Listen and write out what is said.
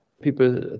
People